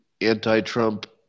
anti-Trump